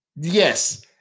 yes